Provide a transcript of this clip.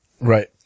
Right